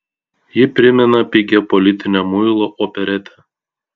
ji primena pigią politinę muilo operetę